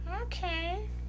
okay